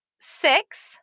six